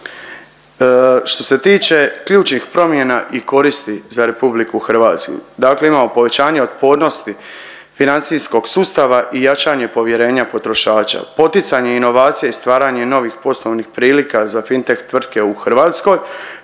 Što se tiče ključnih promjena i koristi za RH dakle imamo povećanje otpornosti financijskog sustava i jačanje povjerenja potrošača, poticanje inovacija i stvaranje novih poslovnih prilika za FIN-TEH tvrtke u Hrvatskoj,